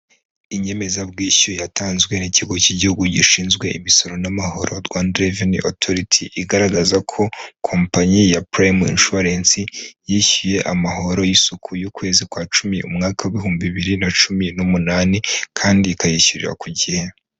Inyemezabwishyu yatanzwe n'Ikigo k'igihugu gishinzwe imisoro n'amahoro, Rwanda Revenue Authority, igaragaza ko kompanyi ya Prime Insurance yishyuye amahoro y'isuku y'ukwezi kwa Cumi, umwaka w'ibihumbi bibiri na cumi n'umunani kandi ikayishyurira ku gihe.